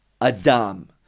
Adam